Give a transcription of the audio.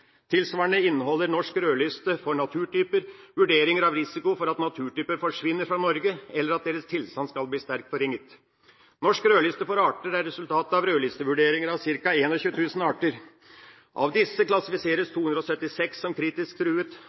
Tilsvarende inneholder Norsk rødliste for naturtyper vurderinger av risiko for at naturtyper forsvinner fra Norge eller at deres tilstand skal bli sterkt forringet. Norsk rødliste for arter er resultatet av rødlistevurderinger av ca. 21 000 arter. Av disse klassifiseres 276 som kritisk truet,